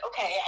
okay